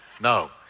No